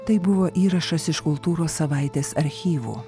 tai buvo įrašas iš kultūros savaitės archyvų